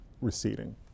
receding